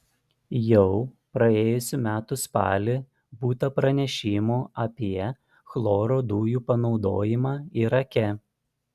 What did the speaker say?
jau praėjusių metų spalį būta pranešimų apie chloro dujų panaudojimą irake